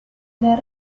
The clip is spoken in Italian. del